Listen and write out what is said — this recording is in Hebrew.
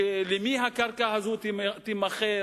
למי הקרקע הזו תימכר,